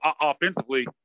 offensively